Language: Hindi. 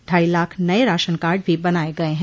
ढाई लाख नये राशन कार्ड भी बनाये गये हैं